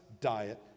diet